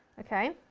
okay?